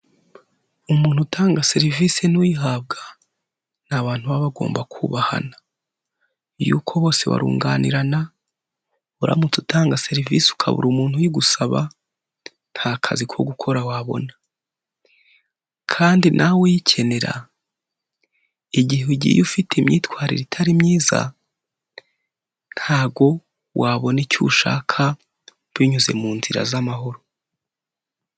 Umuntu utanga serivisi n'uyihabwa, ni abantu baba bagomba kubahana, yuko bose barunganirana uramutse utanga serivisi ukabura umuntu uyigusaba nta kazi ko gukora wabona kandi nawe uyikenera igihe ugiye ufite imyitwarire itari myiza, ntago wabona icyo ushaka binyuze mu nzira z'amahoro.